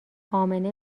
امنه